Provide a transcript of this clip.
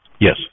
Yes